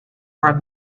were